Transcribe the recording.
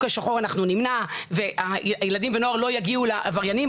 השחור אנחנו נמנע והילדים והנוער לא יגיעו לעבריינים,